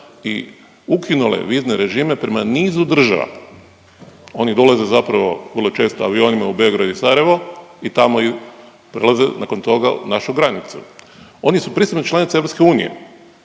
i ukinule vizne režime prema nizu država. oni dolaze zapravo vrlo često avionima u Beograd i Sarajevo i tamo prelaze nakon toga našu granicu. Oni su … članica EU, zašto